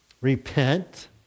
repent